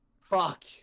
Fuck